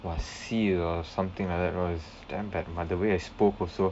!wah! c or something like that it was damn bad but the way I spoke also